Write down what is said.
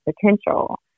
potential